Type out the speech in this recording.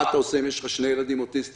מה אתה עושה אם יש לך שני ילדים אוטיסטים?